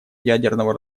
ядерного